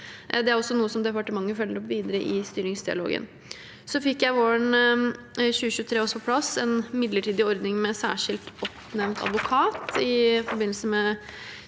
Det er også noe som departementet følger opp videre i styringsdialogen. Så fikk jeg våren 2023 også på plass en midlertidig ordning med særskilt oppnevnt advokat i forbindelse med